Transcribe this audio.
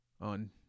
on